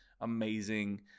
amazing